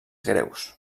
greus